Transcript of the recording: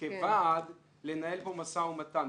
כוועד לנהל פה משא ומתן.